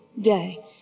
day